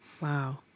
Wow